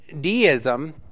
deism